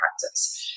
practice